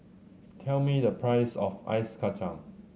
tell me the price of Ice Kachang